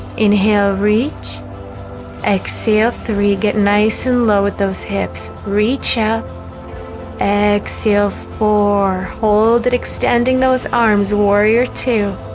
inhale reach exhale three get nice and low with those hips reach up exhale four hold that extending those arms warrior two